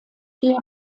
hier